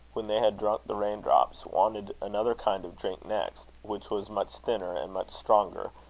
when they had drunk the rain-drops, wanted another kind of drink next, which was much thinner and much stronger,